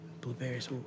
Blueberries